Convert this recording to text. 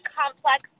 complex